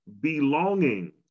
belonging